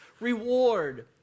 reward